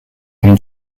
and